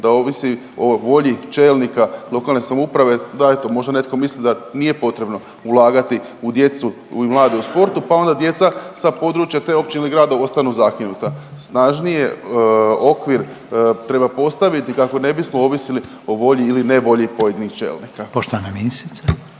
da ovisi o volji čelnika lokalne samouprave da eto možda netko misli da nije potrebno ulagati u djecu, u mlade u sportu pa onda djeca sa područja te općine ili grada ostanu zakinuta. Snažnije okvir treba postaviti kako ne bismo ovisili o volji ili ne volji pojedinih čelnika. **Reiner,